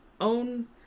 own